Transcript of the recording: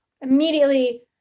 immediately